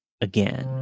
again